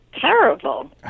terrible